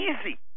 easy